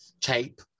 tape